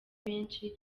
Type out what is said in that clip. benshi